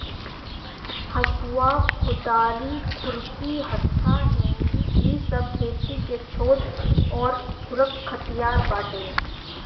हसुआ, कुदारी, खुरपी, हत्था, हेंगी इ सब खेती के छोट अउरी हलुक हथियार बाटे